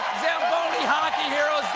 zamboni hockey hero